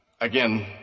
again